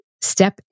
Step